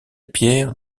pierre